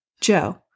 Joe